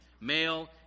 Male